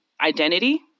identity